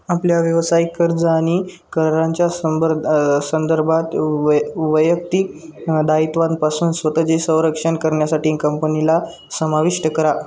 आपल्या व्यावसायिक कर्ज आणि करांच्या संबर् संदर्भात वय वैयक्तिक दायित्वांपासून स्वतःचे संरक्षण करण्यासाठी कंपनीला समाविष्ट करा